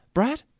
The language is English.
Brad